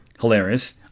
hilarious